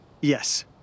Yes